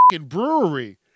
brewery